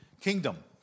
Kingdom